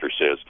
says